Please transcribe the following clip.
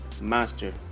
master